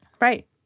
Right